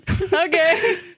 Okay